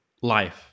life